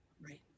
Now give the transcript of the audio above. Right